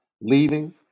leaving